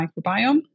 microbiome